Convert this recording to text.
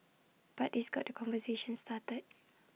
but this got the conversation started